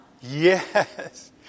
Yes